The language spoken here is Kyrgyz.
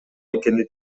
экени